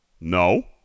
No